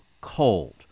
cold